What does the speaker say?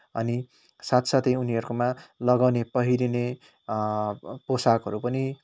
अनि साथसाथै उनीहरूकोमा लगाउने पहिरिने पोशाकहरू पनि